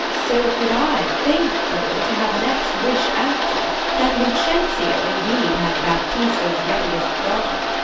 so could i, faith, boy, to have the next wish after, that lucentio indeed had baptista's youngest daughter.